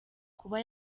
kuba